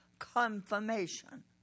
Confirmation